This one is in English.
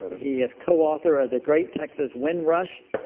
he is coauthor of the great texas wind rush,